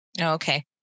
Okay